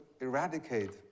eradicate